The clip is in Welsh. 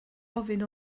ofyn